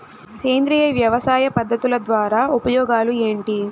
సేంద్రియ వ్యవసాయ పద్ధతుల ద్వారా ఉపయోగాలు ఏంటి?